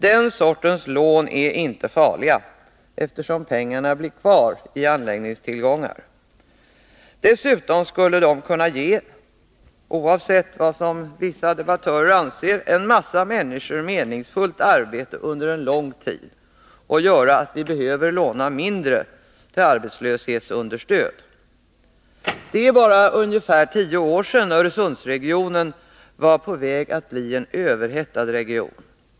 Den sortens lån är inte farliga, eftersom pengarna blir kvar i anläggningstillgångar. Dessutom skulle de — oavsett vad vissa debattörer anser — kunna ge en mängd människor meningsfullt arbete under en lång tid och göra att vi behöver låna mindre till arbetslöshetsunderstöd. Det är bara ungefär tio år sedan Öresundsregionen var på väg att bli en överhettad region.